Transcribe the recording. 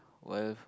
while